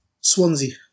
Swansea